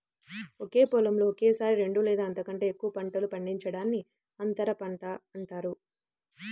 ఒకే పొలంలో ఒకేసారి రెండు లేదా అంతకంటే ఎక్కువ పంటలు పండించడాన్ని అంతర పంట అంటారు